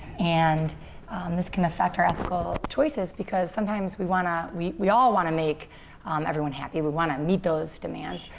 and this can affect our ethical choices because sometimes we want to we we all want to make um everyone happy. we want to meet those demands.